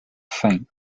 fame